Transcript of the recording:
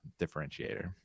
differentiator